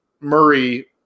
Murray